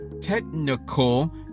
technical